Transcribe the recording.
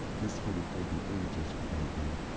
this would've taken ages without you.